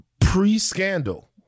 Pre-scandal